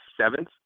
seventh